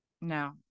No